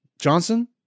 Johnson